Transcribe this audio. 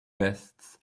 vests